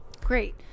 Great